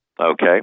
Okay